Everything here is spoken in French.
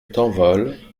tanvol